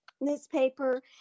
newspaper